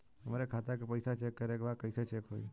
हमरे खाता के पैसा चेक करें बा कैसे चेक होई?